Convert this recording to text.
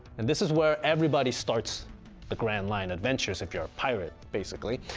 and this is where everybody starts the grand line adventures, if you're a pirate basically,